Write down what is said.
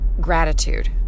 gratitude